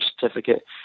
certificate